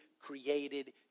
created